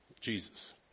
Jesus